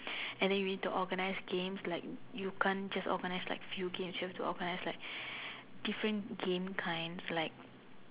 and then you need to organise games like you can't just organise like few games you have to organise like different game kinds like